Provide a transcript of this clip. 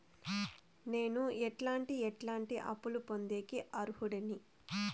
నేను ఎట్లాంటి ఎట్లాంటి అప్పులు పొందేకి అర్హుడిని?